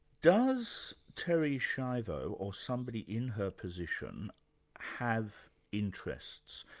does terry schiavo or somebody in her position have interests?